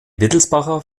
wittelsbacher